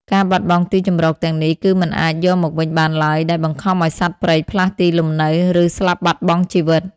ការបាត់បង់ទីជម្រកទាំងនេះ គឺមិនអាចយកមកវិញបានឡើយ ដែលបង្ខំឱ្យសត្វព្រៃផ្លាស់ទីលំនៅ ឬស្លាប់បាត់បង់ជីវិត។